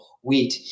wheat